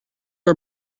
our